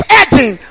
adding